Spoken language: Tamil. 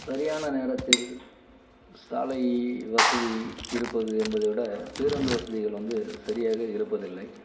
சரியான நேரத்தில் சாலை வசதி இருப்பது என்பதை விட பேருந்து வசதிகள் வந்து சரியாக இருப்பதில்லை